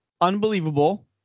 Unbelievable